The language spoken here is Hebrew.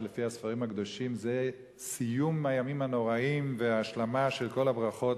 ולפי הספרים הקדושים זה סיום הימים הנוראים והשלמה של כל הברכות